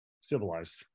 civilized